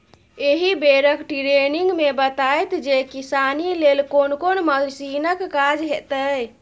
एहि बेरक टिरेनिंग मे बताएत जे किसानी लेल कोन कोन मशीनक काज हेतै